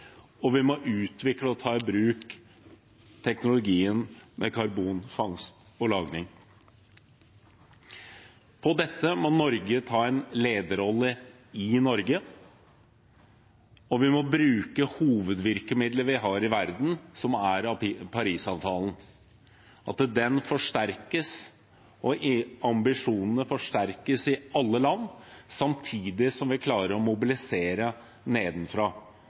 Vi må også utvikle og ta i bruk teknologien for karbonfangst og -lagring. I dette må Norge ta en lederrolle i Norge, og vi må bruke hovedvirkemiddelet vi har i verden, som er Parisavtalen. Den må forsterkes, og ambisjonene må forsterkes i alle land, samtidig som vi klarer å mobilisere nedenfra.